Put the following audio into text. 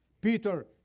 Peter